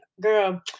girl